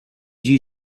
you